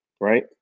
right